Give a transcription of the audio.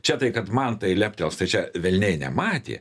čia tai kad man tai leptels tai čia velniai nematė